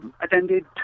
attended